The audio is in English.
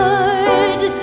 Lord